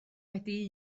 wedi